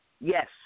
Yes